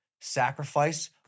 sacrifice